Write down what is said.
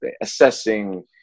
assessing